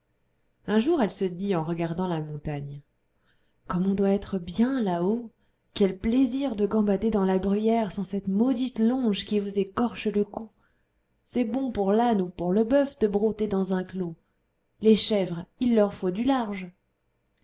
un jour elle se dit en regardant la montagne comme on doit être bien là-haut quel plaisir de gambader dans la bruyère sans cette maudite longe qui vous écorche le cou c'est bon pour l'âne ou pour le bœuf de brouter dans un clos les chèvres il leur faut du large